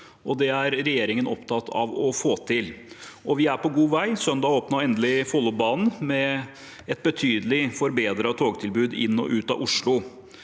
Det er regjeringen opptatt av å få til, og vi er på god vei. På søndag åpnet endelig Follobanen, med et betydelig forbedret togtilbud inn og ut av Oslo.